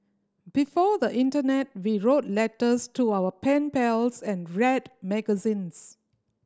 before the internet we wrote letters to our pen pals and read magazines